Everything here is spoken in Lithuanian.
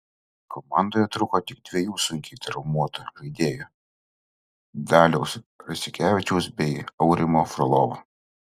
komandoje trūko tik dviejų sunkiai traumuotų žaidėjų daliaus rasikevičiaus bei aurimo frolovo